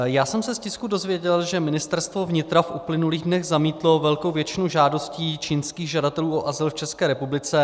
Já jsem se z tisku dozvěděl, že Ministerstvo vnitra v uplynulých dnech zamítlo velkou většinu žádostí čínských žadatelů o azyl v České republice.